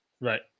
Right